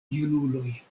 junuloj